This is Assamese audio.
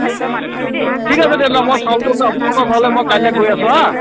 ঠিক আছে তেতিয়াহ'লে মই চাউলতো লৈ আপোনালোকৰ ঘৰলৈ মই কাইলে গৈ আছোঁ হাঁ